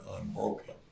unbroken